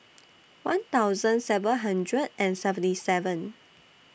one thousand seven hundred and seventy seven